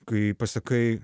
kai pasakai